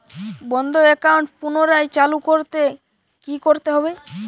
বন্ধ একাউন্ট পুনরায় চালু করতে কি করতে হবে?